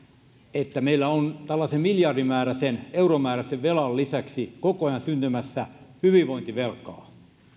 että meillä on tällaisen miljardin euromääräisen velan lisäksi koko ajan syntymässä hyvinvointivelkaa